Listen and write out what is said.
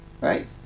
Right